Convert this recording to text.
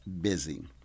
busy